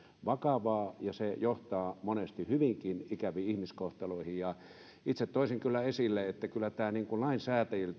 vakavaa ja se johtaa monesti hyvinkin ikäviin ihmiskohtaloihin itse toisin kyllä esille että kyllä lainsäätäjien